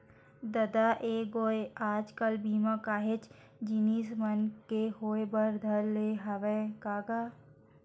ददा ऐ गोय आज कल बीमा काहेच जिनिस मन के होय बर धर ले हवय का गा?